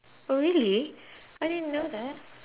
oh really I didn't know that